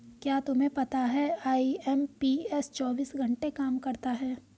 क्या तुम्हें पता है आई.एम.पी.एस चौबीस घंटे काम करता है